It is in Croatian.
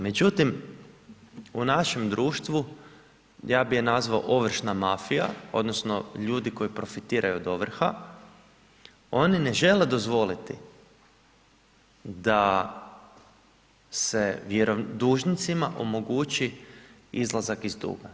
Međutim, u našem društvu ja bih je nazvao ovršna mafija, odnosno ljudi koji profitiraju od ovrha oni ne žele dozvoliti da se dužnicima omogući izlazak iz duga.